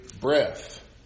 breath